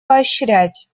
поощрять